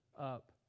up